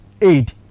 aid